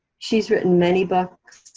she's written many books.